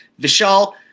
Vishal